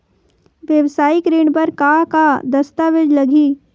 वेवसायिक ऋण बर का का दस्तावेज लगही?